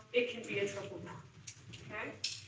it could be a triple bond. and